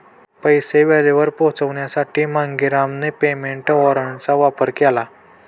पैसे वेळेवर पोहोचवण्यासाठी मांगेरामने पेमेंट वॉरंटचा वापर केला